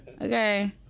Okay